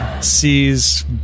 sees